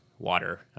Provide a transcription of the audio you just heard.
water